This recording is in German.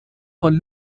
von